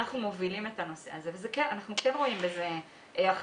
אנחנו מובילים את הנושא הזה ואנחנו כן רואים בזה אחריות